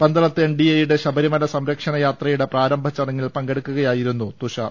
പന്തളത്ത് എൻ ഡി എയുടെ ശബരിമല സംരക്ഷണയാത്രയുടെ പ്രാരംഭ ചടങ്ങിൽ പങ്കെടുക്കുക യായിരുന്നു തുഷാർ